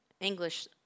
English